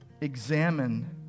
examine